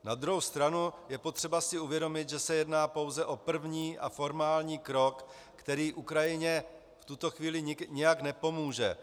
Na druhou stranu je potřeba si uvědomit, že se jedná pouze o první a formální krok, který Ukrajině v tuto chvíli nijak nepomůže.